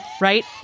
right